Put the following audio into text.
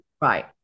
right